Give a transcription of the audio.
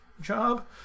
job